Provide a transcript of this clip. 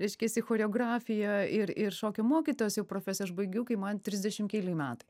reiškiasi choreografiją ir ir šokių mokytojos jau profesiją aš baigiau kai man trisdešimt keli metai